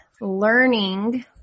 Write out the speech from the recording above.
learning